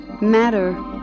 Matter